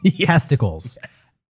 testicles